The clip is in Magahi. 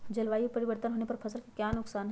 जलवायु परिवर्तन होने पर फसल का क्या नुकसान है?